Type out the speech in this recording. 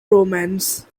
romans